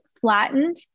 flattened